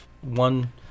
one